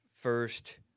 first